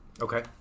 Okay